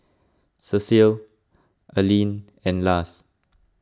Cecile Alene and Lars